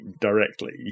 directly